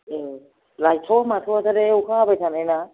ए लायथावा माथावा थारहाय अखा हाबाय थानाय ना